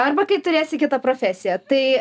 arba kai turėsi kitą profesiją tai